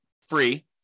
free